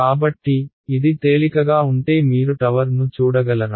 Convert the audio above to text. కాబట్టి ఇది తేలికగా ఉంటే మీరు టవర్ను చూడగలరా